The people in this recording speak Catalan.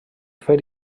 fer